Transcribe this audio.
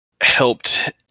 helped